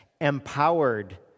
empowered